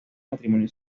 matrimonio